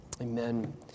Amen